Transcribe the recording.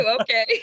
Okay